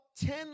ten